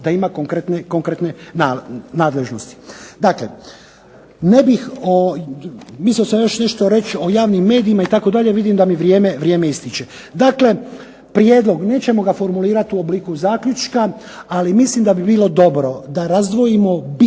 da ima konkretne nadležnosti. Dakle, ne bih o, mislio sam još nešto reći o javnim medijima itd. Vidim da mi vrijeme ističe. Dakle, prijedlog nećemo ga formulirati u obliku zaključka ali mislim da bi bilo dobro da razdvojimo bitna